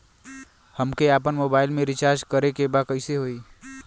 हमके आपन मोबाइल मे रिचार्ज करे के बा कैसे होई?